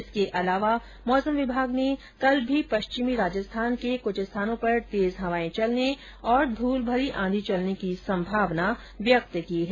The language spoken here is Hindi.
इसके अलावा मौसम विभाग ने कल भी पश्चिमी राजस्थान के कुछ स्थानों पर तेज हवाएं और धुलभरी आंधी चलने की संभावना व्यक्त की है